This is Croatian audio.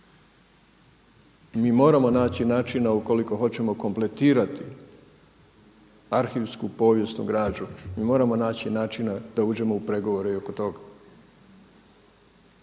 Mi moramo naći načina u koliko hoćemo kompletirati arhivsku povijesnu građu, mi moramo naći načina da uđemo u pregovore i oko tog.